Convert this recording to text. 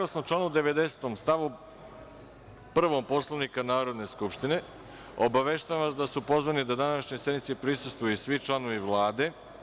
Saglasno članu 90. stavu 1. Poslovnika Narodne skupštine, obaveštavam vas da su pozvani da današnjoj sednici prisustvuju i svi članovi Vlade.